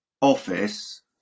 office